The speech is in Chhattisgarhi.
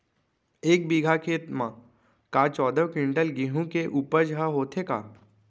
एक बीघा खेत म का चौदह क्विंटल गेहूँ के उपज ह होथे का?